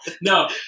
No